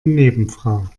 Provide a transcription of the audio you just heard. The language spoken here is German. nebenfrau